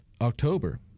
October